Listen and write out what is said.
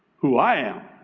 who i am.